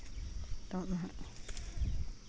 ᱱᱤᱛᱚᱜ ᱦᱟᱸᱜ